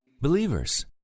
Believers